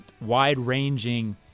wide-ranging